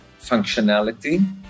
functionality